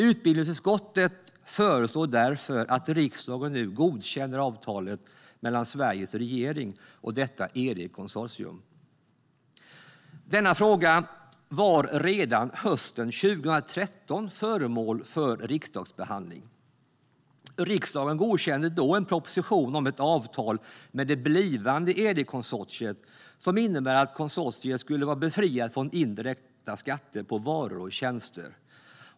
Utbildningsutskottet föreslår därför att riksdagen nu godkänner avtalet mellan Sveriges regering och detta Eric-konsortium. Denna fråga var redan hösten 2013 föremål för riksdagsbehandling. Riksdagen godkände då en proposition om ett avtal med det blivande Eric-konsortiet, som innebar att konsortiet skulle vara befriat från indirekta skatter på varor och tjänster.